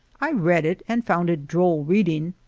i read it and found it droll reading,